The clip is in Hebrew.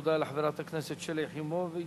תודה לחברת הכנסת שלי יחימוביץ.